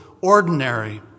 Ordinary